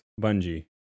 Bungie